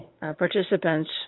participants